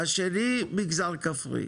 השני מגזר כפרי,